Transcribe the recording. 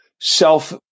self